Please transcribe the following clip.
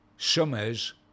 Summers